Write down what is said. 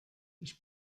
ich